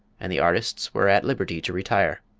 and the artists were at liberty to retire.